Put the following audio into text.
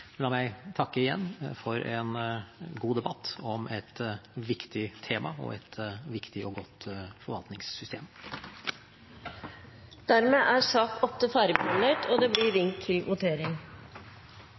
La meg takke igjen for en god debatt om et viktig tema – og et viktig og godt forvaltningssystem. Dermed er sak nr. 8 ferdigbehandlet.